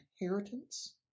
inheritance